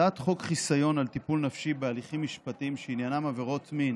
הצעת חוק חיסיון על טיפול נפשי בהליכים משפטיים שעניינם עבירות מין